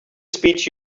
speech